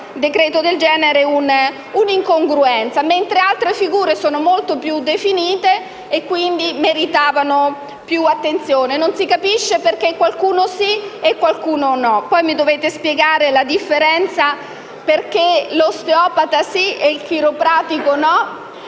del genere, sia un'incongruenza, mentre altre figure, molto più definite, avrebbero meritato più attenzione. Non si capisce perché qualcuno sì e qualcuno no. Poi mi dovete spiegare la differenza: perché l'osteopata sì e il chiropratico no?